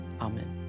Amen